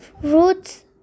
fruits